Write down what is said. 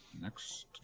next